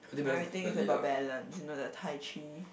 everything is about balance you know the taichi